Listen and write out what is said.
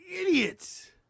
Idiots